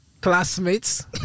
classmates